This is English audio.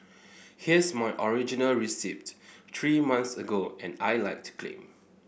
here's my original receipt three months ago and I'd like to claim